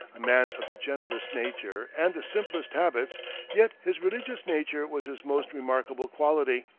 a man of the gentlest nature and the simplest habits yet his religious nature was his most remarkable quality.